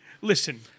Listen